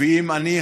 ואם אני,